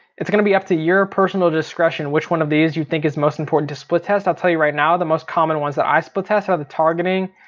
it's gonna be up to your personal discretion which one of these you think is most important to split test i'll tell you right now the most common ones that i split test are the targeting.